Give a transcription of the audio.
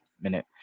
minute